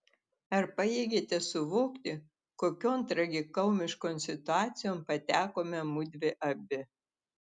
ar pajėgiate suvokti kokion tragikomiškon situacijon patekome mudvi abi